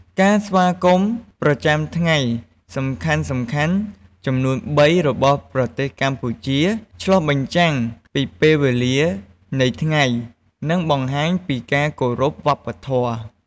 ការស្វាគមន៍ប្រចាំថ្ងៃសំខាន់ៗចំនួនបីរបស់ប្រទេសកម្ពុជាឆ្លុះបញ្ចាំងពីពេលវេលានៃថ្ងៃ និងបង្ហាញពីការគោរពវប្បធម៌។